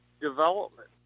development